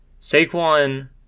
Saquon